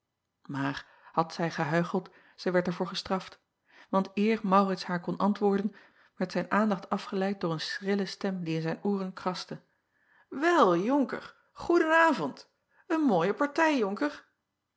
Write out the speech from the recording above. aar had zij gehuicheld zij werd er voor gestraft want eer aurits haar kon antwoorden werd zijn aandacht afgeleid door een schrille stem die in zijn ooren kraste el onker goeden avond en mooie partij